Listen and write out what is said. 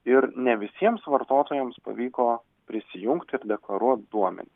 ir ne visiems vartotojams pavyko prisijungti ir deklaruot duomen